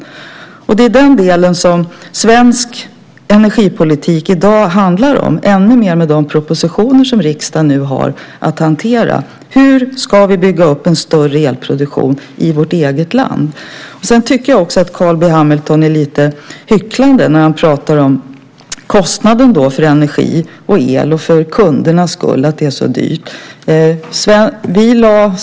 Den del som svensk energipolitik i dag handlar om, och ännu mer med de propositioner som riksdagen nu har att hantera, gäller hur vi ska bygga upp en större elproduktion i vårt eget land. Jag tycker att Carl B Hamilton är lite hycklande när han pratar om kostnaden för energi och el och om att det för kunderna är så dyrt.